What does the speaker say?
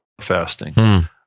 fasting